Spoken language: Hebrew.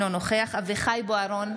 אינו נוכח אביחי אברהם בוארון,